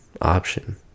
option